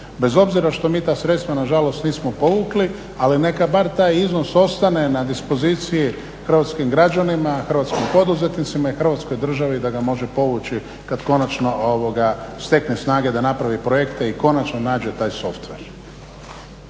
bez obzira što mi ta sredstva na žalost nismo povukli, ali neka bar taj iznos ostane na dispoziciji hrvatskim građanima, hrvatskim poduzetnicima i hrvatskoj državi da ga može povući kad konačno stekne snage da napravi projekte i konačno nađe taj softver.